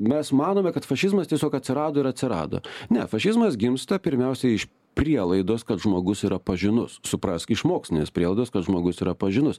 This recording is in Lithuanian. mes manome kad fašizmas tiesiog atsirado ir atsirado ne fašizmas gimsta pirmiausia iš prielaidos kad žmogus yra pažinus suprask iš mokslinės prielaidos kad žmogus yra pažinus